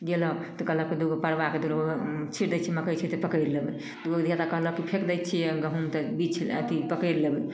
गेलक तऽ कहलक दुइगो परबाके छिटि दै छिए मकइ छिटबै तऽ पड़ैले ओहो धिआपुता कहलक कि फेकि दै छिए गहूम तऽ बिछि अथी पकड़ि लेबै